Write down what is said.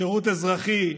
שירות אזרחי,